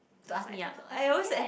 is my turn to ask me yet